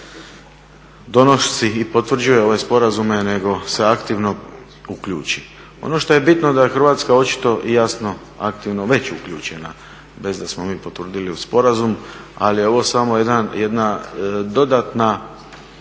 donosi i potvrđuje ove sporazume nego se aktivno uključi. Ono što je bitno da je Hrvatska očito jasno aktivno već uključena, bez da smo mi potvrdili sporazum ali ovo je samo jedna dodatna